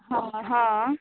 हँ हँ